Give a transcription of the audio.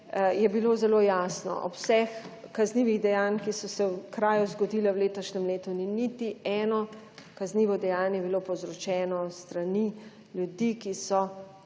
je bilo zelo jasno. Od vseh kaznivih dejanj, ki so se v kraju zgodila v letošnjem letu, ni niti eno kaznivo dejanje bilo povzročeno s strani ljudi, ki so